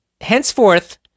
Henceforth